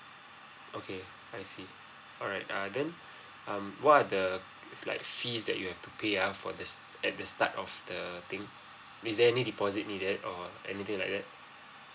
okay I see alright err then um what are the like fees that you have to pay ah for this at the start of the thing is there any deposit needed or anything like that